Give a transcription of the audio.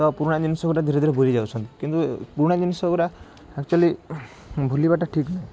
ତ ପୁରୁଣା ଜିନିଷ ଗୁଡ଼ା ଧୀରେ ଧୀରେ ଭୁଲି ଯାଉଛନ୍ତି କିନ୍ତୁ ପୁରୁଣା ଜିନିଷ ଗୁରା ଆକଚୁଲି ଉଁହୁଁ ଭୁଲିବାଟା ଠିକ୍ ନୁହଁ